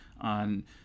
on